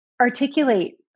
articulate